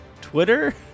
Twitter